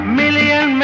million